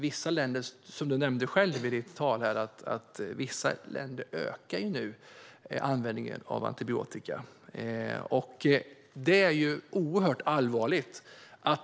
Vissa länder - som du nämnde själv i ditt svar - ökar nu användningen av antibiotika, och det är oerhört allvarligt.